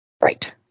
Right